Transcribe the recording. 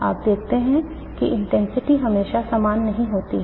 आप देखते हैं कि इंटेंसिटी हमेशा समान नहीं होती है